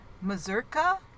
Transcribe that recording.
Mazurka